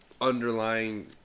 underlying